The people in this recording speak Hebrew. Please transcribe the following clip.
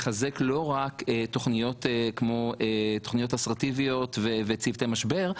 לחזק לא רק תוכניות כמו תוכניות אסרטיביות וצוותי משבר,